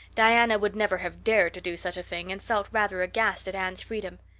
diana would never have dared to do such a thing and felt rather aghast at anne's freedom.